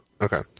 Okay